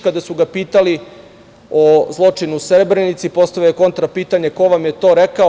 Kada su ga pitali o zločinu u Srebrenici, postavio je kontra pitanje – ko vam je to rekao.